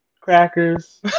crackers